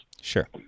Sure